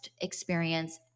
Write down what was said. experience